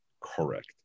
correct